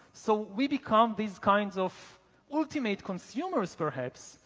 so we become these kinds of ultimate consumers, perhaps,